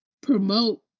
promote